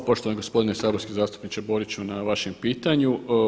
Hvala poštovani gospodine saborski zastupniče Boriću na vašem pitanju.